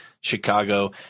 Chicago